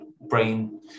brain